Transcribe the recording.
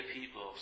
people